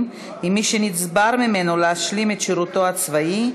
עם מי שנבצר ממנו להשלים את שירותו הצבאי),